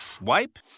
wipe